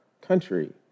country